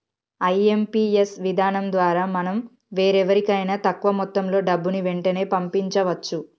IMPS విధానం ద్వారా మనం వేరెవరికైనా తక్కువ మొత్తంలో డబ్బుని వెంటనే పంపించవచ్చు